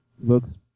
looks